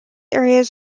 areas